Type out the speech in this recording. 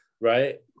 Right